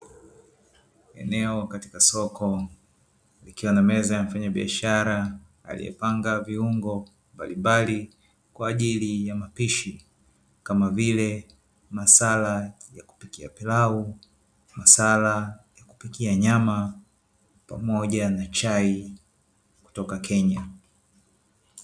Eneo katika soko likiwa na meza ya mfanyabiashara aliyepanga viungo mbalimbali kwa ajili ya mapishi kama vile: masala ya kupikia pilau na masala ya kupikia nyama pamoja na chai kutoka Kenya.